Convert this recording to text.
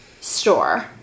store